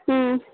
হুম